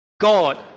God